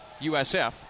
USF